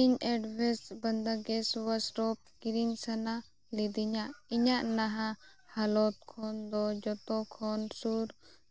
ᱤᱧ ᱮᱫᱷᱮᱥᱤᱵᱷ ᱵᱟᱱᱫᱟᱜᱮᱥ ᱚᱣᱟᱥᱯᱨᱩᱯᱷ ᱠᱤᱨᱤᱧ ᱥᱟᱱᱟᱞᱤᱫᱧᱟ ᱤᱧᱟᱹᱜ ᱱᱟᱦᱟᱜ ᱦᱟᱞᱚᱛ ᱠᱷᱚᱱᱫᱚ ᱡᱚᱛᱚᱠᱷᱚᱱ ᱥᱩᱨ